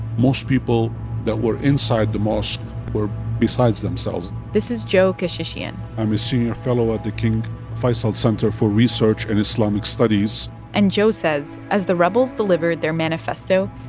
most people that were inside the mosque were besides themselves this is joe kechichian i'm a senior fellow at the king faisal center for research and islamic studies and joe says as the rebels delivered their manifesto,